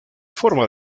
forma